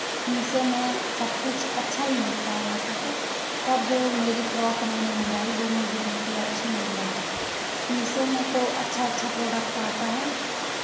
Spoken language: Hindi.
मीशो में सब कुछ अच्छा ही मिलता है वैसे तो पर जो मेरी फ़्रॉक मैंने मँगाई वो मुझे बिल्कुल अच्छी नहीं लगी मीशो में तो अच्छा अच्छा प्रोडक्ट आता है